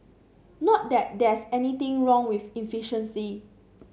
not that there's anything wrong with efficiency